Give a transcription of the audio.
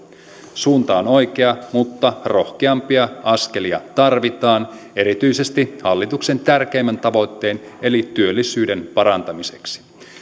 suunta on oikea mutta rohkeampia askelia tarvitaan erityisesti hallituksen tärkeimmän tavoitteen eli työllisyyden parantamiseksi